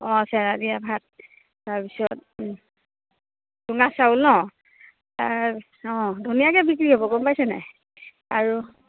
অঁ চেৰা দিয়া ভাত তাৰপিছত চুঙা চাউল ন তাৰ অঁ ধুনীয়াকে বিক্ৰী হ'ব গম পাইছেনে নাই